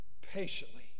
patiently